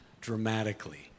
dramatically